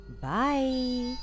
Bye